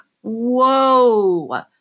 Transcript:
whoa